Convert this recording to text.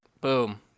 Boom